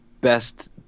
best